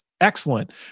excellent